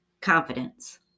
confidence